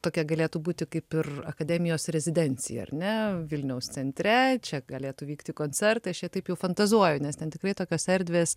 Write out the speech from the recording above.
tokia galėtų būti kaip ir akademijos rezidencija ar ne vilniaus centre čia galėtų vykti koncertai aš čia taip jau fantazuoju nes ten tikrai tokios erdvės